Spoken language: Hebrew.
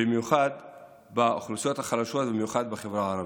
במיוחד באוכלוסיות החלשות ובמיוחד בחברה הערבית.